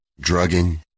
drugging